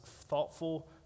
thoughtful